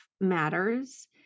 matters